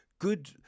good